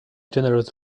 generous